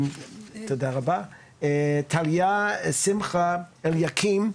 טליה שמחה אליקים,